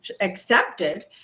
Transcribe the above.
accepted